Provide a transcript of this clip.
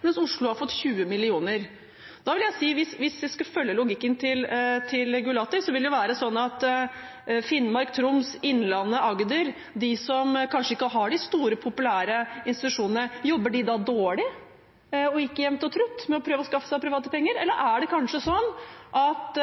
mens Oslo har fått 20 mill. kr. Hvis vi skulle følge logikken til Gulati, er det da sånn at Finnmark, Troms, Innlandet og Agder, de som kanskje ikke har de store populære institusjonene, jobber dårlig, og ikke jevnt og trutt, med å prøve å skaffe seg private penger, eller er det kanskje sånn at